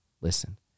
listen